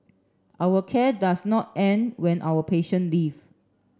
our care does not end when our patient leave